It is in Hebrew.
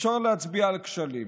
אפשר להצביע על כשלים: